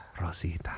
Rosita